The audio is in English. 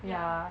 ya